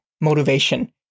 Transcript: motivation